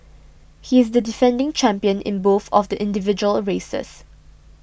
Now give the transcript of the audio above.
he is the defending champion in both of the individual races